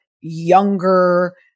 younger